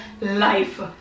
life